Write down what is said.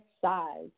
size